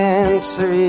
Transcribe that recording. answer